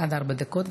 עד ארבע דקות.